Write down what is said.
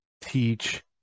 teach